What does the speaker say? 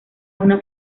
una